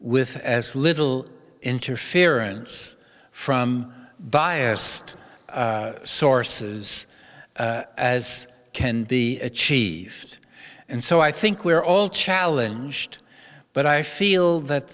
with as little interference from biased sources as can be achieved and so i think we're all challenge but i feel that